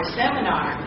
seminar